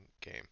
game